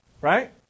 Right